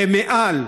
ויותר,